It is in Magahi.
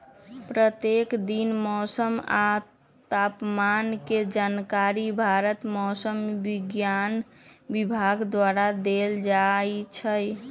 प्रत्येक दिन मौसम आ तापमान के जानकारी भारत मौसम विज्ञान विभाग द्वारा देल जाइ छइ